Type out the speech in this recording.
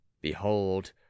behold